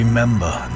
Remember